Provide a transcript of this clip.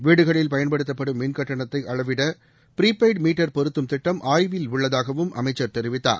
வீடுகளில் பயன்படுத்தப்படும் மின்கட்டணத்தை அளவிட ப்ரீ பெய்டு மீட்டர் பொருத்தும் திட்டம் ஆய்வில் உள்ளதாகவும் அமைச்சர் தெரிவித்தார்